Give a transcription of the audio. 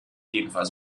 jedenfalls